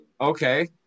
Okay